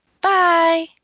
Bye